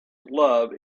love